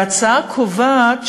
ההצעה קובעת,